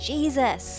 Jesus